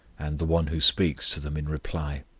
and the one who speaks to them in reply.